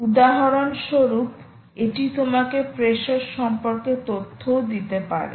উদাহরণস্বরূপ এটি তোমাকে প্রেসার সম্পর্কে তথ্যও দিতে পারে